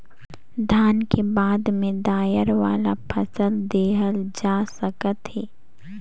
धान के बाद में दायर वाला फसल लेहल जा सकत हे